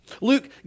Luke